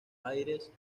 aires